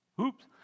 Oops